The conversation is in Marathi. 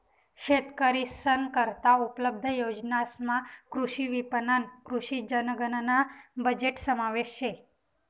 शेतकरीस करता उपलब्ध योजनासमा कृषी विपणन, कृषी जनगणना बजेटना समावेश शे